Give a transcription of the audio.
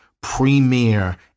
premier